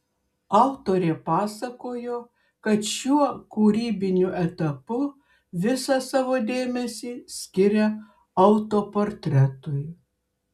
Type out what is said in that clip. autorė pasakojo kad šiuo kūrybiniu etapu visą savo dėmesį skiria autoportretui